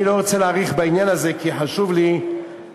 אני לא רוצה להאריך בעניין הזה, כי חשוב לי להמשיך